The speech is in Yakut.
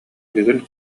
бүгүн